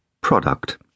product